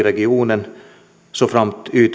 regionen såframt y